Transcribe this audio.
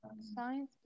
Science